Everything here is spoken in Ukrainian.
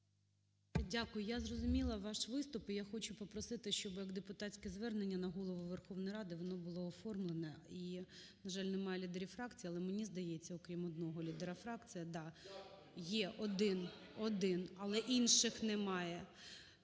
Дякую. Я зрозуміла ваш виступ, і я хочу попросити, щоб, як депутатське звернення, на Голову Верховної Ради воно було оформлено. І, на жаль, немає лідерів фракцій, але, мені здається, окрім одного лідера фракції, да, є один, але інших немає,